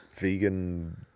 Vegan